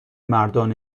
مردان